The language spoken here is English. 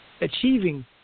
achieving